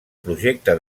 projecte